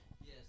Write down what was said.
Yes